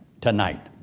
tonight